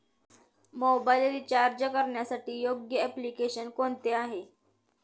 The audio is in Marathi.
मोबाईल रिचार्ज करण्यासाठी योग्य एप्लिकेशन कोणते आहे?